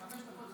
בחמש דקות,